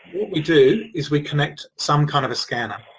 we do is we connect some kind of a scanner.